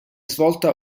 svolta